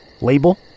Label